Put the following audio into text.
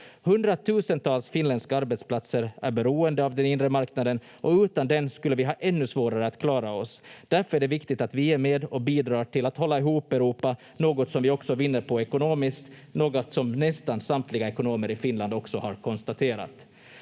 Hundratusentals finländska arbetsplatser är beroende av den inre marknaden och utan den skulle vi ha ännu svårare att klara oss. Därför är det viktigt att vi är med och bidrar till att hålla ihop Europa, något som vi också vinner på ekonomiskt, något som nästan samtliga ekonomer i Finland också har konstaterat.